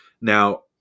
Now